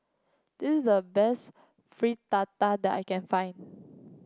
this is the best Fritada that I can find